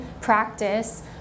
practice